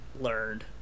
learned